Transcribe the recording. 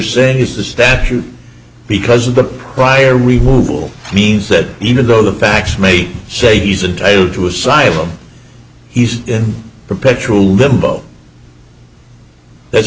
saying is the statute because of the prior remove all means that even though the facts may say he's entitled to asylum he's in perpetual limbo that's